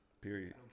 period